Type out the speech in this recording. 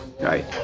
right